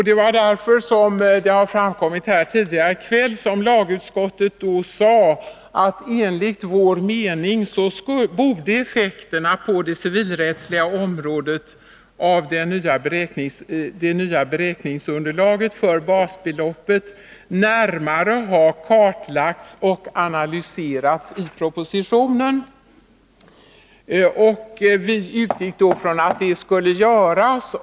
Det var därför — som har framkommit här tidigare i kväll — lagutskottet sade att enligt dess mening borde effekterna på det civilrättsliga området av det nya beräkningsunderlaget för basbeloppet närmare ha kartlagts och analyserats i propositionen. Vi utgick då från att det skulle göras.